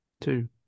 Two